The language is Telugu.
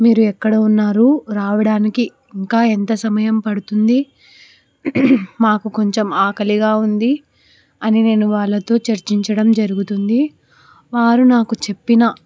మీరు ఎక్కడ ఉన్నారు రావడానికి ఇంకా ఎంత సమయం పడుతుంది మాకు కొంచెం ఆకలిగా ఉంది అని నేను వాళ్ళతో చర్చించడం జరుగుతుంది వారు నాకు చెప్పిన